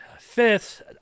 fifth